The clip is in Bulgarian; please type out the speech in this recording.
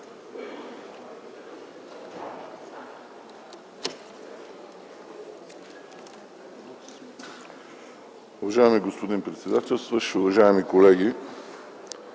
Уважаеми господин председател, уважаеми колеги!